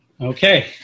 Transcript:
Okay